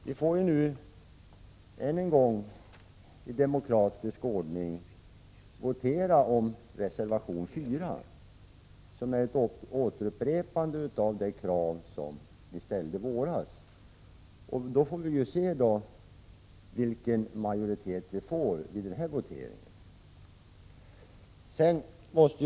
Vi får nu än en gång i demokratisk ordning votera om reservation 4, som är ett återupprepande av de krav ni ställde i våras. Vi får se vilken majoritet det blir i denna votering!